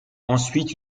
ensuite